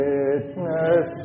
Witness